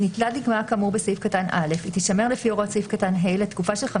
אני לא יכול להיות בטוח שבית חולים שומר על זה עכשיו ל-50 שנה.